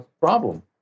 problem